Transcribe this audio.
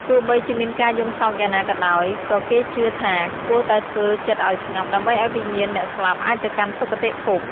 ទោះបីជាមានការយំសោកយ៉ាងណាក៏ដោយ ក៏គេជឿថា គួរតែធ្វើចិត្តឱ្យស្ងប់ ដើម្បីឱ្យវិញ្ញាណអ្នកស្លាប់អាចទៅកាន់សុគតិភព។